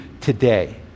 today